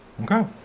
Okay